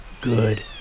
Good